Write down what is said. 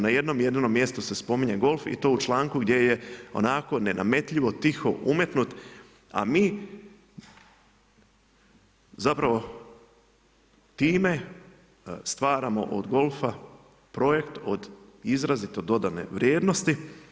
Na jednom jedinom mjestu se spominje golf i to u članku gdje je onako nenametljivo tiho umetnut, a mi zapravo time stvaramo od golfa projekt od izrazito dodane vrijednosti.